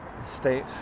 State